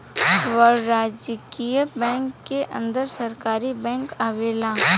वाणिज्यिक बैंक के अंदर सरकारी बैंक आवेला